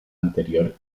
anterior